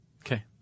Okay